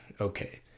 Okay